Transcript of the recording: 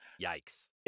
yikes